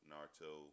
Naruto